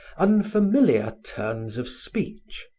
unfamiliar turns of speech,